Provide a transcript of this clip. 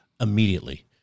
immediately